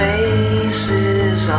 Faces